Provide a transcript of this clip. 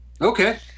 Okay